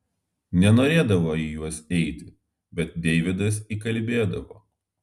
nenorėdavo į juos eiti bet deividas įkalbėdavo